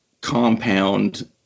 compound